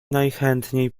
najchętniej